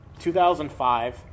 2005